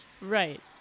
Right